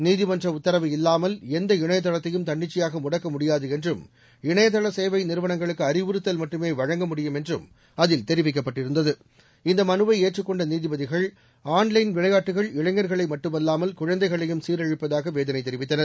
நீதிமன்ற உத்தரவு இல்லாமல் எந்த இணையதளத்தையும் தன்னிச்சையாக முடக்க முடியாது என்றும் இணையதள சேவை நிறுவனங்களுக்கு அறிவுறுத்தல் மட்டுமே வழங்க முடியும் என்றும் அதில் தெரிவிக்கப்பட்டிருந்தது இந்த மனுவை ஏற்றுக் கொண்ட நீதிபதிகள் ஆன்லைன் விளையாட்டுகள் இளைஞர்களை மட்டுமல்லாமல் குழந்தைகளையும் சீரழிப்பதாக வேதனை தெரிவித்தனர்